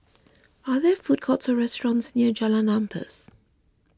are there food courts or restaurants near Jalan Ampas